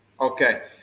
Okay